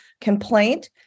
complaint